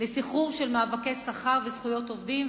לסחרור של מאבקי שכר וזכויות עובדים,